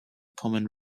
common